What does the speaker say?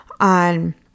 on